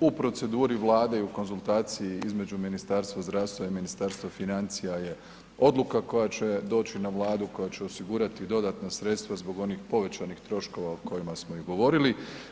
u proceduri Vlade i u konzultaciji između Ministarstva zdravstva i Ministarstva financija je odluka koja će doći na Vladu, koja će osigurati dodatna sredstva zbog onih povećanih troškova o kojima smo i govorili.